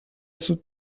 سوت